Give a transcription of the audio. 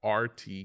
RT